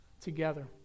together